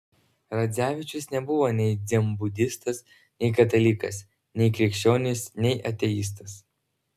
radzevičius nebuvo nei dzenbudistas nei katalikas nei krikščionis nei ateistas